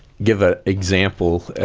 give an example.